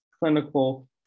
clinical